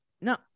No